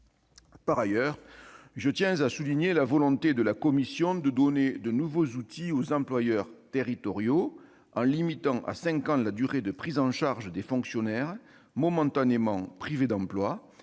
Par ailleurs, je tiens à souligner la volonté de la commission de donner de nouveaux outils aux employeurs territoriaux en limitant à cinq ans la durée de prise en charge des fonctionnaires momentanément privés d'emploi,